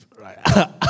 Right